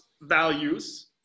values